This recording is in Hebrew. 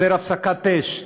הסדר הפסקת אש,